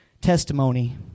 testimony